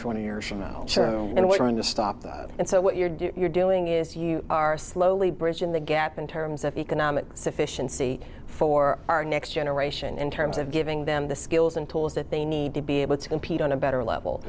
twenty years from now and we're trying to stop that and so what you're doing you're doing is you are slowly bridging the gap in terms of economic sufficiency for our next generation in terms of giving them the skills and tools that they need to be able to compete on a better level